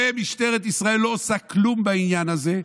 ומשטרת ישראל לא עושה כלום בעניין הזה,